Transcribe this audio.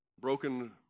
broken